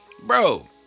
Bro